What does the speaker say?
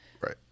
Right